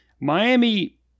Miami